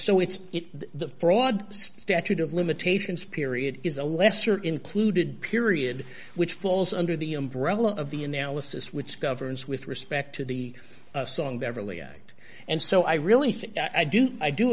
so it's it the fraud statute of limitations period is a lesser included period which falls under the umbrella of the analysis which governs with respect to the song beverly act and so i really think i do i do